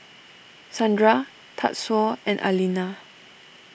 Sandra Tatsuo and Alena